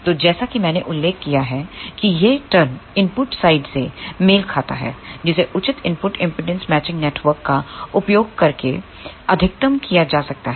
तो जैसा कि मैंने उल्लेख किया है कि यह टर्म इनपुट साइड से मेल खाता है जिसे उचित इनपुट इंपेडेंस मैचिंग नेटवर्क का उपयोग करके अधिकतम किया जा सकता है